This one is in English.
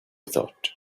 thought